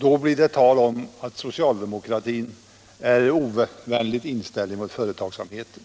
säger de att socialdemokratin är ovänligt inställd till företagsamheten.